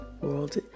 world